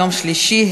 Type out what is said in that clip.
יום שלישי,